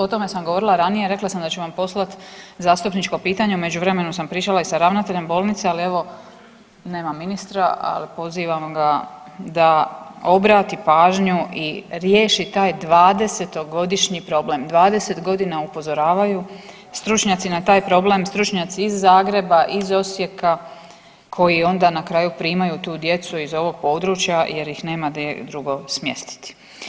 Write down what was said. O tome sam govorila ranije, rekla sam da ću vam poslat zastupničko pitanje, u međuvremenu sam pričala i sa ravnateljem bolnice, ali evo nema ministra, al pozivam ga da obrati pažnju i riješi taj 20-godišnji problem, 20.g. upozoravaju stručnjaci na taj problem, stručnjaci iz Zagreba, iz Osijeka koji onda na kraju primaju tu djecu iz ovog području jer ih nemaju gdje drugo smjestiti.